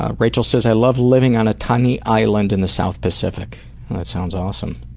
ah rachel says, i love living on a tiny island in the south pacific. that sounds awesome.